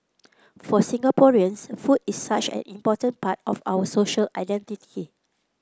for Singaporeans food is such an important part identity